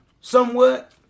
Somewhat